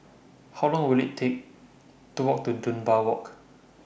How Long Will IT Take to Walk to Dunbar Walk